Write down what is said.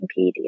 PDA